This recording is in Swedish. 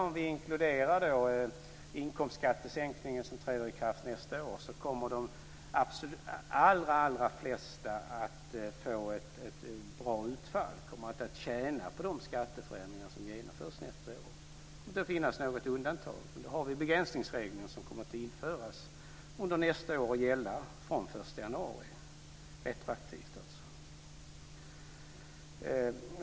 Om vi inkluderar inkomstskattesänkningen, som träder i kraft nästa år, kommer de allra flesta att få ett bra utfall och tjäna på de skatteförändringar som genomförs nästa år. Det kommer att finnas något undantag, men då har vi begränsningsregeln som kommer att införas under nästa år och gälla retroaktivt från den 1 januari.